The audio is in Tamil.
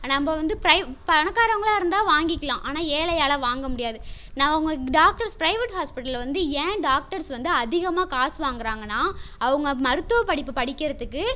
நம்ம வந்து பிரை பணக்காரவங்களா இருந்தால் வாங்கிக்கலாம் ஆனால் ஏழையால் வாங்கமுடியாது நான் உங்க டாக்டர்ஸ் பிரைவேட் ஹாஸ்பிட்டலில் வந்து ஏன் டாக்டர்ஸ் வந்து அதிகமாக காசு வாங்குகிறாங்கன்னா அவங்க மருத்துவ படிப்பு படிக்கிறதுக்கு